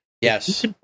Yes